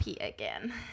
again